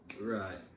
Right